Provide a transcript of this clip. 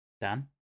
dan